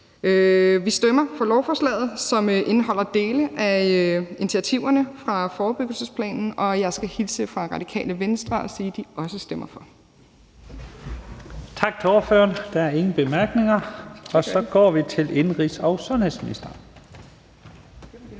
Vi stemmer for lovforslaget, som indeholder dele af initiativerne fra forebyggelsesplanen, og jeg skal hilse fra Radikale Venstre og sige, at de også stemmer for. Kl. 15:31 Første næstformand (Leif Lahn Jensen): Tak til ordføreren. Der er ingen korte bemærkninger. Så går vi til indenrigs- og sundhedsministeren.